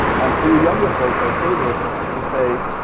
um for you younger folks, i say this to say,